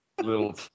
Little